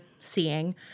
seeing